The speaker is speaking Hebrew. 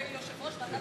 כיושב-ראש ועדת הכספים,